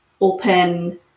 open